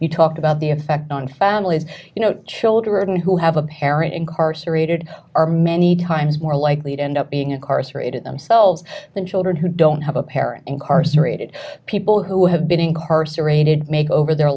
you talk about the effect on fan you know children who have a parent incarcerated are many times more likely to end up being incarcerated themselves than children who don't have a pair and carson rated people who have been incarcerated make over their